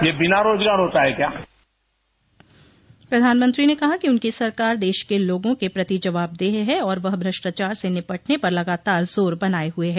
ये बिना रोजगार होता है क्या प्रधानमंत्री ने कहा कि उनकी सरकार देश के लागों के प्रति जवाबदेह है और वह भ्रष्टाचार से निपटने पर लगातार जोर बनाए हुए है